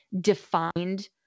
defined